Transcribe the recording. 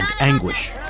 anguish